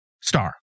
star